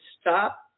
stop